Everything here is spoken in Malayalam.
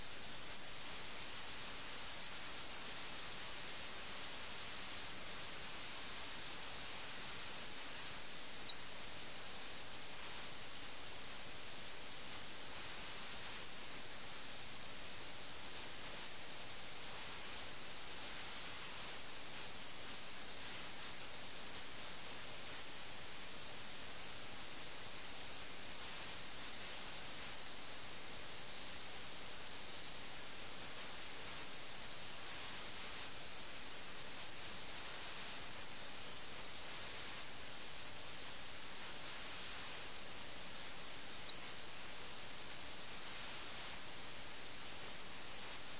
അവരുടെ സമ്പന്നവും വിശാലവുമായ അവധ് പ്രദേശം ഒരു വിദേശ ശക്തിക്ക് വിട്ടുകൊടുക്കുന്നത് ജനങ്ങളുടെ ഭാഗത്തുനിന്ന് ലജ്ജാകരമായ നഷ്ടമാണ് ഞാൻ പറഞ്ഞതുപോലെ ഈ അഹിംസ വെറുപ്പുളവാക്കുന്നതാണ് ലഖ്നൌവിലെ ജനങ്ങൾ ധീരമായ ഒരു പോരാട്ടവും നടത്താത്തതിനാൽ ഇത് വെറുപ്പുളവാക്കുന്നതാണ്